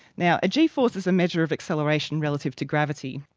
now, a g force is a measure of acceleration relative to gravity,